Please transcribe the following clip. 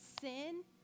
sin